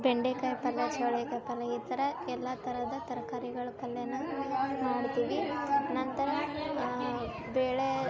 ಬೆಂಡೆಕಾಯಿ ಪಲ್ಯ ಚೌಳೆಕಾಯಿ ಪಲ್ಯ ಈ ಥರ ಎಲ್ಲಾ ಥರದ ತರ್ಕಾರಿಗಳ ಪಲ್ಯನ ಮಾಡ್ತೀವಿ ನಂತರ ಬೇಳೆ